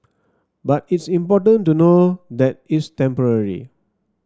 but it's important to know that it's temporary